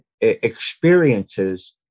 experiences